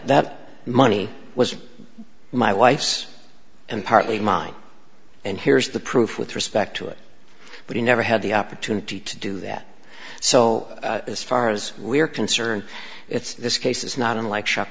that money was my wife's and partly mine and here's the proof with respect to it but he never had the opportunity to do that so as far as we're concerned it's this case is not unlike